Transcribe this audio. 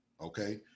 Okay